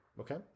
Okay